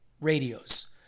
radios